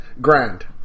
grand